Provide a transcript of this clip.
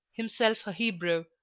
himself a hebrew,